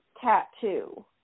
tattoo